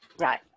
Right